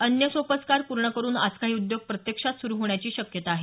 अन्य सोपस्कार पूर्ण करुन आज काही उद्योग प्रत्यक्षात सुरु होण्याची शक्यता आहे